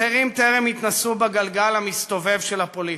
אחרים טרם התנסו בגלגל המסתובב של הפוליטיקה.